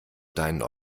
deinen